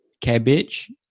cabbage